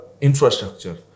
infrastructure